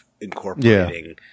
incorporating